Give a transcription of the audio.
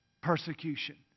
Persecution